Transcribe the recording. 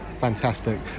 fantastic